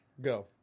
Go